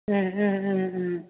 ம் ம் ம் ம்